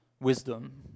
wisdom